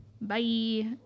bye